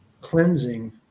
cleansing